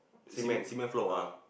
ce~ cement floor ah